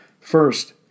First